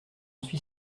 suis